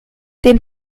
den